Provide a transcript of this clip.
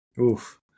Oof